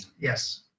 yes